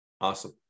Awesome